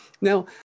Now